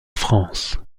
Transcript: france